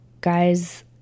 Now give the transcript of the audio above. guys